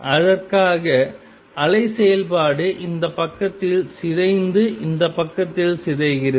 அதற்காக அலை செயல்பாடு இந்த பக்கத்தில் சிதைந்து இந்த பக்கத்தில் சிதைகிறது